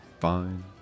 fine